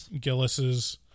Gillis's